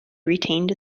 retained